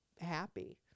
happy